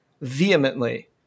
vehemently